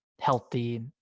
healthy